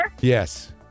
Yes